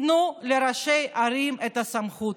תנו לראשי הערים את הסמכות.